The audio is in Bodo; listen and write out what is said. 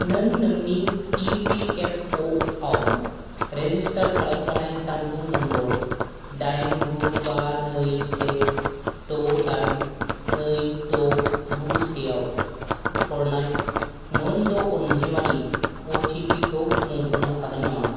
नों नोंनि इपिएफअ आव रेजिस्टार खालामखानाय जानबुं नम्बर डाइन गु बा नै से द' डाइन नै द' गु सेआव हरनाय मोन द' अनजिमानि अटिपिखौ मुंख'नो हागोन नामा